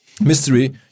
mystery